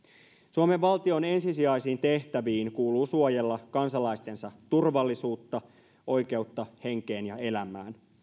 suomen valtion ensisijaisiin tehtäviin kuuluu suojella kansalaistensa turvallisuutta oikeutta henkeen ja elämään